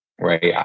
Right